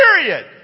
Period